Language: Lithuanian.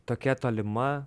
tokia tolima